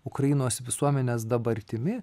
ukrainos visuomenės dabartimi